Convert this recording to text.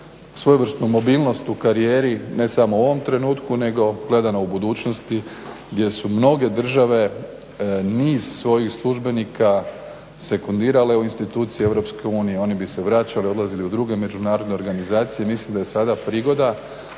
svojevrsnu mobilnost u karijeri ne samo u ovom trenutku nego gledano u budućnosti gdje su mnoge države niz svojih službenika sekundirale u institucije Europske unije, oni bi se vraćali, odlazili u druge međunarodne organizacije. Mislim da je sada prigoda